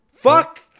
Fuck